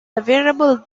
available